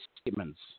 statements